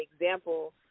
example